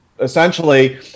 essentially